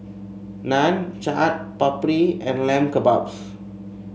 Naan Chaat Papri and Lamb Kebabs